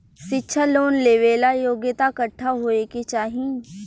शिक्षा लोन लेवेला योग्यता कट्ठा होए के चाहीं?